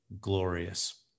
glorious